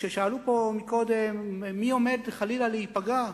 וכששאלו פה מקודם, מי עומד חלילה להיפגע?